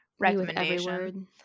recommendation